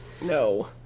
No